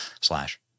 slash